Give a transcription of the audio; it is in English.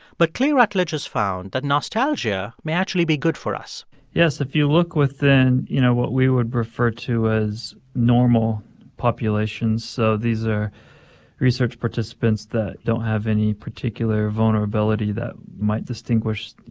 but clay routledge has found that nostalgia may actually be good for us yes. if you look within, you know, what we would refer to as normal populations, so these are research participants that don't have any particular vulnerability that might distinguish, you